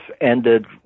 ended